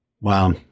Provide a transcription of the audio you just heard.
Wow